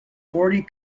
forty